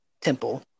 temple